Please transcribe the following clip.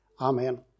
Amen